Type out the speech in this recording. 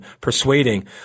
persuading